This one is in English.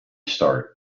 start